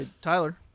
Tyler